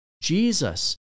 Jesus